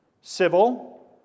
Civil